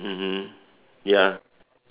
mmhmm ya